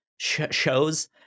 shows